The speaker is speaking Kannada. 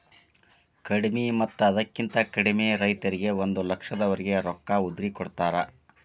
ಕಡಿಮಿ ಮತ್ತ ಅದಕ್ಕಿಂತ ಕಡಿಮೆ ರೈತರಿಗೆ ಒಂದ ಲಕ್ಷದವರೆಗೆ ರೊಕ್ಕ ಉದ್ರಿ ಕೊಡತಾರ